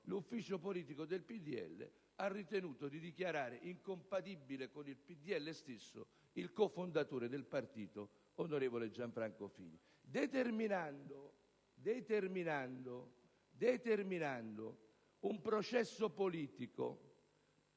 l'ufficio politico del PdL ha ritenuto di dichiarare incompatibile con il PdL stesso il cofondatore del partito, onorevole Gianfranco Fini, determinando un processo politico